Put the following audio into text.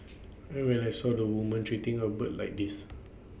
I rely saw the woman treating A bird like this